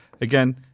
Again